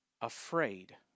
afraid